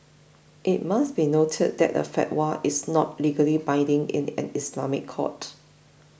it must be noted that a fatwa is not legally binding in an Islamic court